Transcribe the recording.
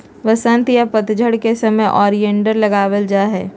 वसंत या पतझड़ के समय ओलियंडर लगावल जा हय